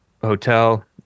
hotel